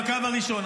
בקו הראשון.